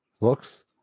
looks